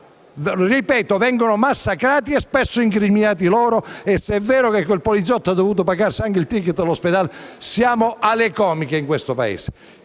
Ripeto che vengono massacrati e spesso anche incriminati; se è vero che quel poliziotto ha dovuto pagarsi anche il *ticket* all'ospedale, siamo alle comiche in questo Paese.